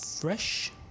fresh